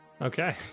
Okay